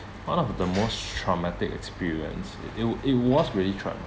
one of the most traumatic experience it it w~ it was really traumatic